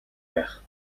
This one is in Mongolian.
байх